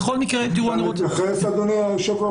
אפשר להתייחס, אדוני היושב-ראש?